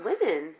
women